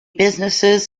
businesses